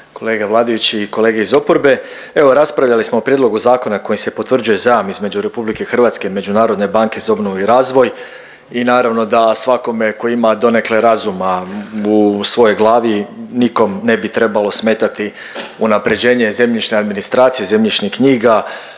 kolege vladajući i kolege iz oporbe. Evo raspravljali smo o prijedlogu zakona kojim se potvrđuje zajam između RH i Međunarodne banke za obnovu i razvoj i naravno da svakome tko ima donekle razuma u svojoj glavi, nikom ne bi trebalo smetati unaprjeđenje zemljišne administracije, zemljišnih knjiga,